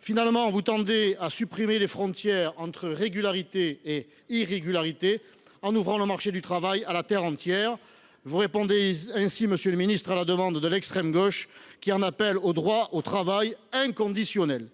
Finalement, vous tendez à estomper la frontière entre régularité et irrégularité en ouvrant le marché du travail à la terre entière. Ainsi, monsieur le ministre, vous répondez à l’appel de l’extrême gauche, qui défend le droit au travail inconditionnel.